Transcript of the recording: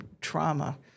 trauma